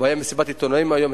והיתה מסיבת עיתונאים היום,